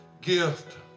gift